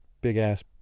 big-ass